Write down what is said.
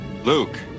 Luke